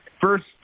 first